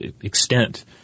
extent